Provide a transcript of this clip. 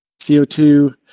CO2